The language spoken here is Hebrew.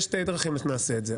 יש שתי דרכים איך נעשה את זה,